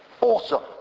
Awesome